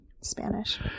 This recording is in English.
Spanish